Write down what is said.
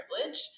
privilege